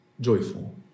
joyful